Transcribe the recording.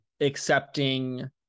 accepting